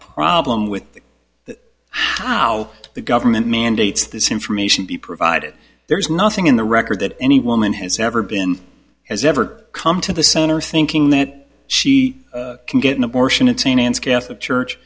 problem with how the government mandates this information be provided there is nothing in the record that any woman has ever been has ever come to the center thinking that she can get an abortion it's a man's catholic church